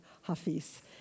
Hafiz